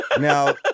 Now